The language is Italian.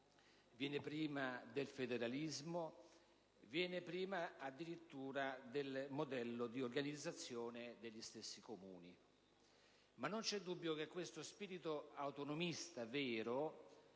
prima del regionalismo, del federalismo, addirittura del modello di organizzazione degli stessi Comuni. Non vi è dubbio che questo spirito autonomista vero